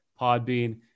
Podbean